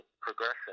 progression